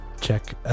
check